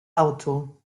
auto